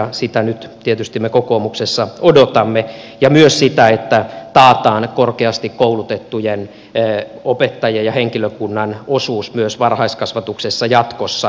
sitä nyt tietysti me kokoomuksessa odotamme ja myös sitä että taataan korkeasti koulutettujen opettajien ja henkilökunnan osuus myös varhaiskasvatuksessa jatkossa